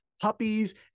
puppies